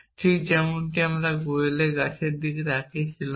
ঠিক যেমনটি আমরা গোয়েল গাছের দিকে তাকিয়েছিলাম